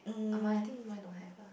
mine I think mine don't have ah